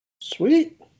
Sweet